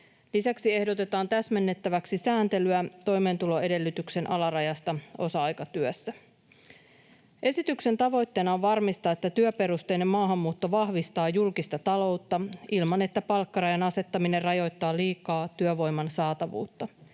Lisäksi ehdotetaan täsmennettäväksi sääntelyä toimeentuloedellytyksen alarajasta osa-aikatyössä. Esityksen tavoitteena on varmistaa, että työperusteinen maahanmuutto vahvistaa julkista taloutta ilman, että palkkarajan asettaminen rajoittaa liikaa työvoiman saatavuutta.